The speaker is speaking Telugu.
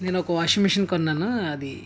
నేను ఒక వాషింగ్ మెషిన్ కొన్నాను అది